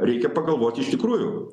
reikia pagalvot iš tikrųjų